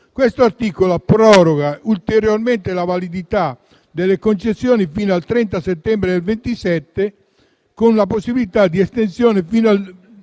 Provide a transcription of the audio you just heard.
e ricreativo, proroga ulteriormente la validità delle concessioni fino al 30 settembre 2027, con possibilità di estensione fino al